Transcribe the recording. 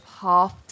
half